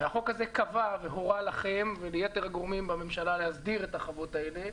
החוק הזה קבע והורה לכם וליתר הגורמים בממשלה להסדיר את החוות האלה,